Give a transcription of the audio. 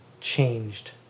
changed